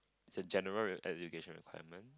it's a general education requirement